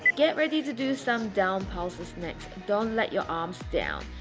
get ready to do some down pulses next. don't let your arms down.